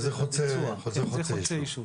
זה חוצה-יישובי.